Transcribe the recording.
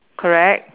correct